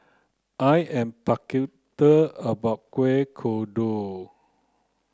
I am about Kueh Kodok